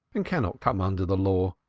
and cannot come under the law.